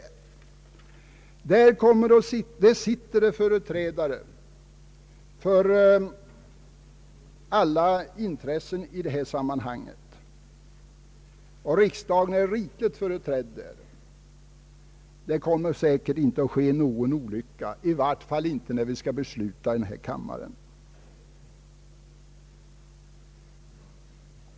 I utredningen sitter företrädare för alla intressen i detta sammanhang, och riksdagen är rikligt representerad. Det kommer säkert inte att ske någon olycka, i vart fall inte när vi skall fatta beslut i riksdagen. Herr talman!